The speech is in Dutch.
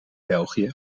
belgië